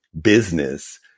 business